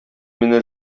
мине